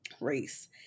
race